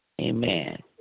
Amen